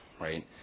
right